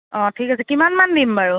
অ ঠিক আছে কিমানমান দিম বাৰু